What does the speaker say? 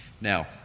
Now